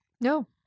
No